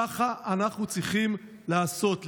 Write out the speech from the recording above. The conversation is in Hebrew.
ככה אנחנו צריכים לעשות,